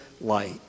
light